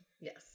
Yes